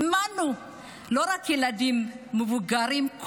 האמנו, לא רק ילדים, מבוגרים.